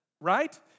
Right